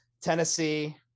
Tennessee